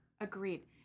agreed